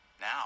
now